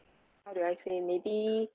how do I say maybe